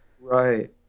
right